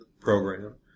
program